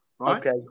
Okay